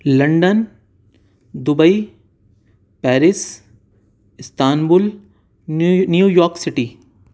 London Dubai Paris Istanbul New York city